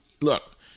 look